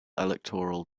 electoral